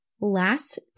last